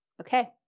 Okay